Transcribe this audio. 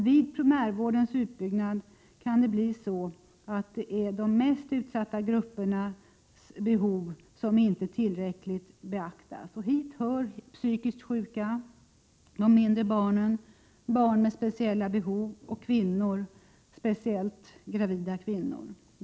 Vid primärvårdens utbyggnad kan det bli så att de mest utsatta gruppernas behov inte tillräckligt beaktas. Hit hör psykiskt sjuka, mindre barn, barn med speciella behov och kvinnor — speciellt gravida kvinnor.